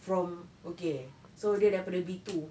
from okay so dia daripada B two